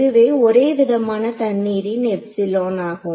இதுவே ஒரே விதமான தண்ணீரின் எப்ஸிலோன் ஆகும்